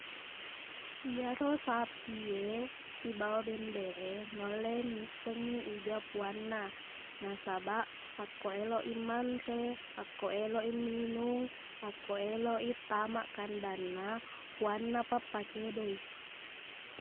Iyaro sapi e sibawa bembeq e naulle missengngi iga puanna nasabaq akko eloq i manre akko eloq i minung akko eloq i tamaq kandanna puannapa pakedo i